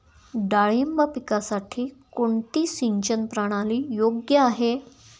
डाळिंब पिकासाठी कोणती सिंचन प्रणाली योग्य आहे?